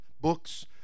books